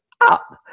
up